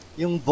yung